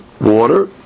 water